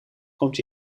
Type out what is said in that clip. komt